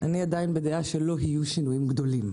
אני עדיין בדעה שלא יהיו שינויים גדולים.